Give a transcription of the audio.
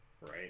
right